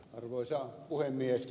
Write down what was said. arvoisa puhemies